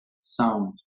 sound